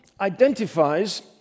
identifies